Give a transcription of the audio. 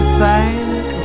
thank